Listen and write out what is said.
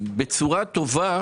בצורה טובה